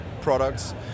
products